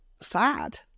sad